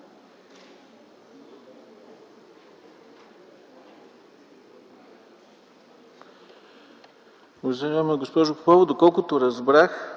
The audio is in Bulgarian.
Благодаря.